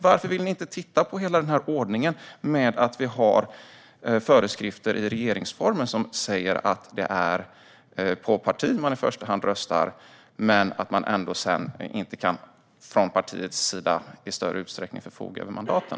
Varför vill ni inte titta på hela ordningen med föreskrifter i regeringsformen som säger att det är på ett parti man i första hand röstar men att partiet ändå inte i större utsträckning kan förfoga över mandaten?